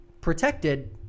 protected